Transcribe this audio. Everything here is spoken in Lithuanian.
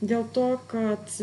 dėl to kad